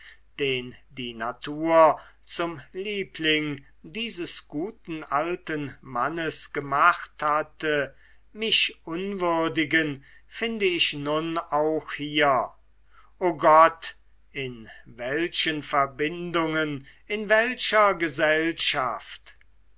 den die natur zum liebling dieses guten alten mannes gemacht hatte mich unwürdigen finde ich nun auch hier o gott in welchen verbindungen in welcher gesellschaft